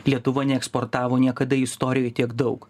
lietuva neeksportavo niekada istorijoj tiek daug